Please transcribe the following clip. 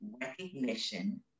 recognition